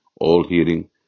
all-hearing